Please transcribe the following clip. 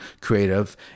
creative